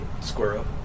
Squirrel